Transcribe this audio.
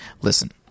Listen